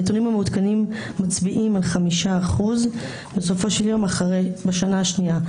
הנתונים המעודכנים מצביעים על 5% בסופו של יום בשנה השנייה,